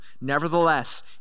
Nevertheless